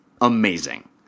amazing